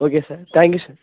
okay sir thank you sir